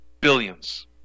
billions